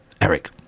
Eric